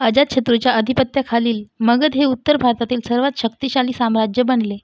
अजातशत्रूच्या अधिपत्याखालील मगध हे उत्तर भारतातील सर्वात शक्तिशाली साम्राज्य बनले